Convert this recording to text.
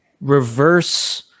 reverse